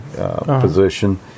position